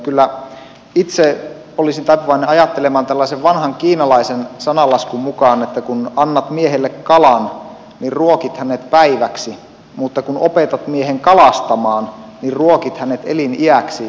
kyllä itse olisin taipuvainen ajattelemaan tällaisen vanhan kiinalaisen sananlaskun mukaan että kun annat miehelle kalan niin ruokit hänet päiväksi mutta kun opetat miehen kalastamaan niin ruokit hänet eliniäksi